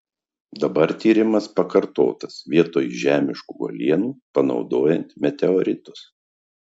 dabar tyrimas pakartotas vietoj žemiškų uolienų panaudojant meteoritus